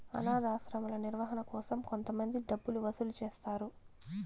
అనాధాశ్రమాల నిర్వహణ కోసం కొంతమంది డబ్బులు వసూలు చేస్తారు